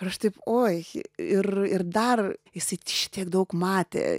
aš taip oi ir ir dar jisai šitiek daug matė